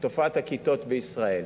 תופעת הכתות בישראל,